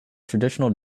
traditional